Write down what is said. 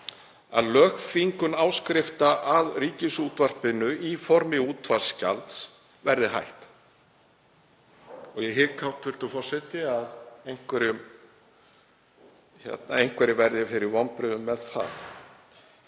að lögþvingun áskrifta að Ríkisútvarpinu í formi útvarpsgjalds verði hætt. Og ég hygg, hæstv. forseti, að einhverjir verði fyrir vonbrigðum með það.